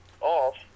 off